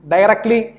Directly